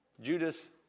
Judas